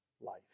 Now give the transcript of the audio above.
life